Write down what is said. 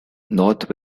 north